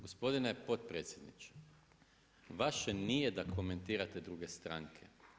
Gospodine potpredsjedniče, vaše nije da komentirate druge stranke.